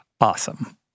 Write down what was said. awesome